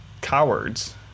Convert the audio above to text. cowards